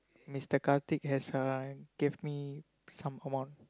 Mister-Karthik has uh give me some amount